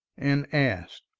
and asked,